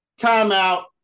Timeout